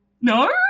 No